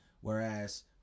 whereas